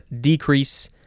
decrease